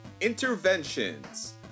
Interventions